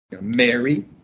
Mary